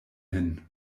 hin